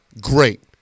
Great